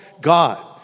god